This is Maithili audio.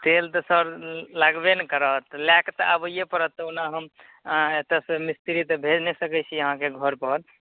तेल तऽ सर लागबे ने करत लैकऽ तऽ आबैए पड़त ओना हम एतऽसँ मिस्त्री तऽ भेज नहि सकैत छी अहाँके घर पर